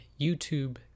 YouTube